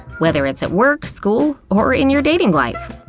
whether it's at work, school, or in your dating life.